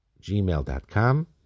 gmail.com